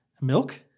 Milk